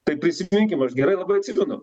tai prisiminkim aš gerai labai atsimenu